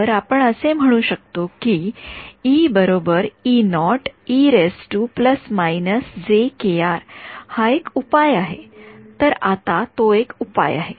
तर आपण असे म्हणू शकतो की हा एक उपाय आहे तर आता तो एक उपाय आहे